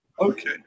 Okay